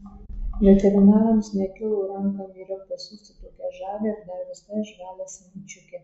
veterinarams nekilo ranką myriop pasiųsti tokią žavią ir dar visai žvalią senučiukę